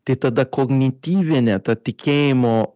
tai tada kognityvinė ta tikėjimo